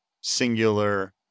singular